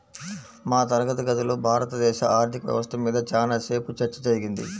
మా తరగతి గదిలో భారతదేశ ఆర్ధిక వ్యవస్థ మీద చానా సేపు చర్చ జరిగింది